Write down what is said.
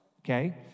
okay